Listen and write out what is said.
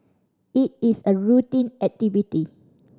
it is a routine activity